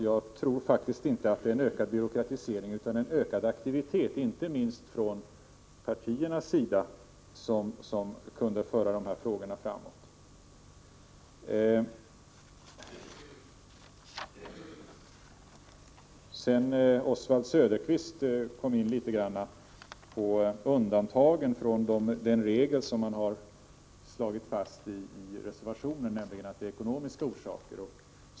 Jag tror faktiskt inte att det är en ökad byråkratisering utan en ökad aktivitet, inte minst från partiernas sida, som kunde föra de här frågorna framåt. Oswald Söderqvist kom in på undantagen från den regel som man har slagit fast i reservationen, nämligen att det är fråga om ekonomiska orsaker.